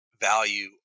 value